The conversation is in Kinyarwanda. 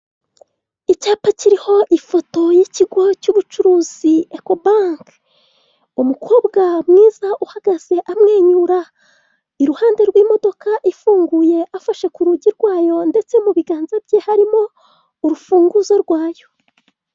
Icyapa kiriho ifoto y'ikigo cy'ubucuruzi Ecobank, umukobwa mwiza uhagaze amwenyura i ruhande rw'imodoka ifunguye afashe ku rugi rwayo ndetse mu biganza bye harimo urufunguzo rwayo.